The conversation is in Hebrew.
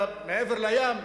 מעבר לים,